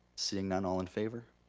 seeing none, all in favor?